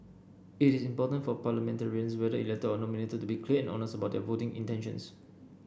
it is important for parliamentarians whether elected or nominated to be clear and honest about their voting intentions